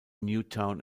newtown